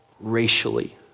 racially